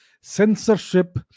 censorship